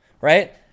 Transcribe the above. Right